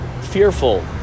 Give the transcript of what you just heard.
Fearful